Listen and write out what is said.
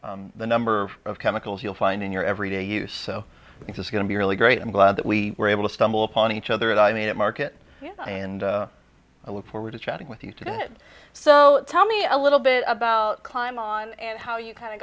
just the number of chemicals you'll find in your everyday use so i think it's going to be really great i'm glad that we were able to stumble upon each other and i made it market and i look forward to chatting with you today so tell me a little bit about climb on and how you kind